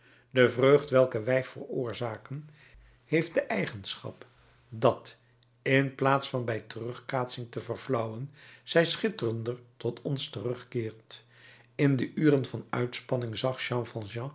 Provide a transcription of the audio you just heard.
de vreugd welke wij veroorzaken heeft de eigenschap dat in plaats van bij terugkaatsing te verflauwen zij schitterender tot ons terugkeert in de uren van uitspanning zag jean